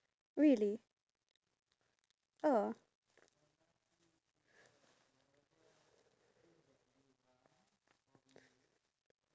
okay so if you can take anything from this modern day with you on a one way trip into the past what would you take and where would you go to